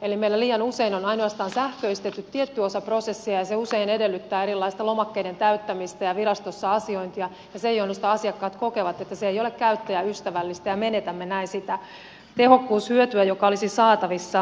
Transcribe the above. eli meillä liian usein on sähköistetty ainoastaan tietty osa prosessia ja se usein edellyttää erilaista lomakkeiden täyttämistä ja virastossa asiointia ja sen johdosta asiakkaat kokevat että se ei ole käyttäjäystävällistä ja menetämme näin sitä tehokkuushyötyä joka olisi saatavissa